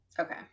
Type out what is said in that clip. Okay